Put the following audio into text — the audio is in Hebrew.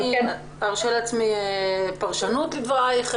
אני ארשה לעצמי לומר פרשנות לדברייך.